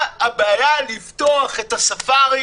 מה הבעיה לפתוח את הספארי